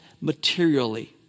materially